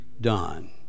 done